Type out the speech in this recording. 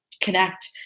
connect